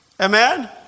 Amen